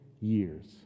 years